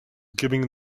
giving